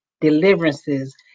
deliverances